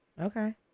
Okay